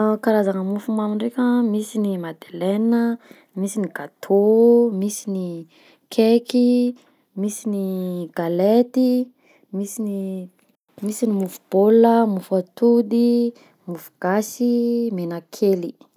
Ah, karazana mofomamy ndraika, misy ny madeleine a, misy ny gateau, misy ny cake, misy ny galety, misy ny misy ny mofo baolina, misy ny mofo atody, mofogasy, menakely.